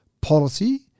policy